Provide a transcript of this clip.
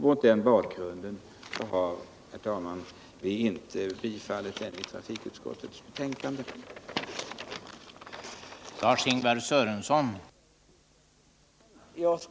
Mot den bakgrunden har vi i trafikutskottets betänkande inte tillstyrkt motionen.